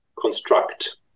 construct